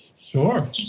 Sure